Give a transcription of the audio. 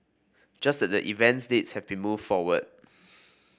just that the event dates have been moved forward